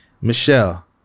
Michelle